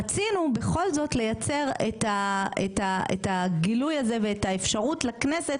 רצינו בכל זאת לייצר את הגילוי הזה ואת האפשרות לכנסת